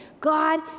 God